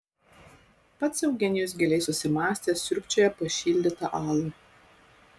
pats eugenijus giliai susimąstęs siurbčioja pašildytą alų